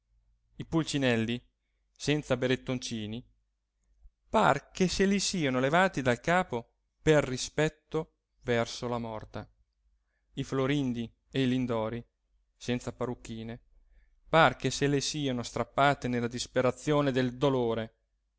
i pulcinelli senza berrettoncini par che se li siano levati dal capo per rispetto verso la morta i florindi e i lindori senza parrucchine pare che se le sieno strappate nella disperazione del dolore